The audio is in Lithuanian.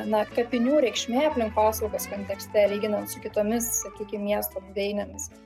na kapinių reikšmė aplinkosaugos kontekste lyginant su kitomis sakykim miesto buveinėmis